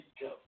go